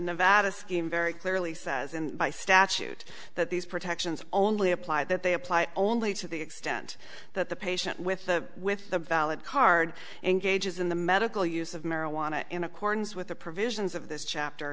nevada scheme very clearly says and by statute that these protections only apply that they apply only to the extent that the patient with the with the valid card and gauges in the medical use of marijuana in accordance with the provisions of this chapter